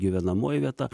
gyvenamoji vieta